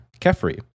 Kefri